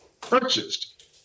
purchased